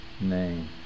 name